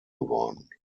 geworden